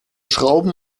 schrauben